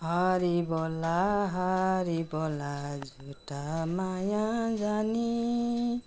हरि बोल हरि बोल झुटा माया जानी